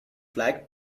flag